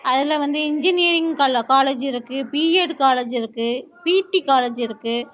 அதில் வந்து இன்ஜினியரிங் கல காலேஜ் இருக்கு பிஎட் காலேஜ் இருக்கு பிடி காலேஜ் இருக்கு